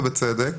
ובצדק,